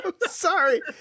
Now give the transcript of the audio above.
sorry